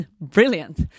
brilliant